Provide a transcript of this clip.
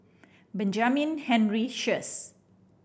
Benjamin Henry Sheares